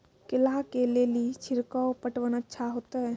केला के ले ली छिड़काव पटवन अच्छा होते?